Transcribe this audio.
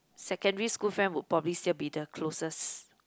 secondary school friend would probably still be the closest